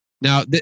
Now